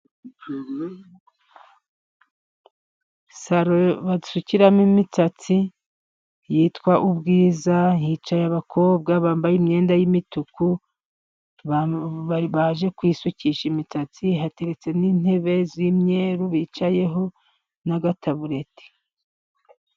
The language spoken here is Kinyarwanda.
Saro basukiramo imisatsi yitwa Ubwiza, hicaye abakobwa bambaye imyenda y'imituku, baje kwisukisha imitatsi, hateretse n'intebe z'imyeru bicayeho n'agatabureti.